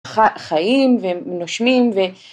חיים ונושמים